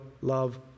love